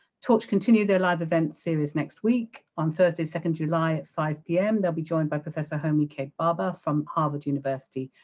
torch continue their live event series next week on thursday second july at five p m. they'll be joined by professor homi k. bhaba from harvard university,